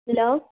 hello